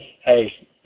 hey